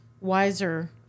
wiser